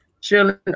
chilling